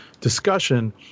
discussion